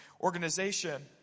organization